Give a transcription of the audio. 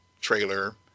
trailer